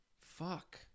fuck